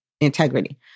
integrity